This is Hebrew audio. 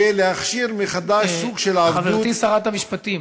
ולהכשיר מחדש סוג של עבדות, חברתי שרת המשפטים,